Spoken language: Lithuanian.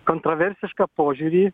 kontroversišką požiūrį